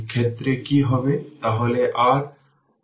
সুতরাং তাই এটি 15 ভোল্ট